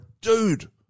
dude